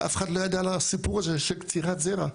שאף אחד לא ידע על הסיפור הזה של קצירת זרע.